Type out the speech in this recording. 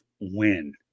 win